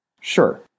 Sure